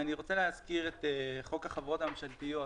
אני רוצה להזכיר את חוק החברות הממשלתיות